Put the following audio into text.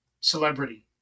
celebrity